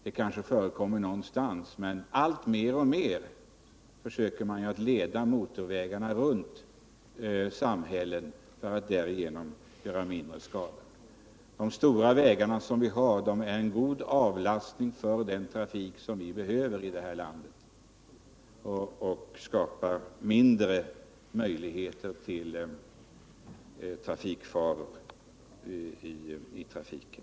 Det kanske förekommer någonstans, men alltmer försöker man leda motorvägarna runt samhällena för att de därigenom skall göra mindre skada. De stora vägarna i landet avlastar de mindre vägarna och medför därigenom att trafikfarorna minskar.